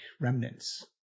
remnants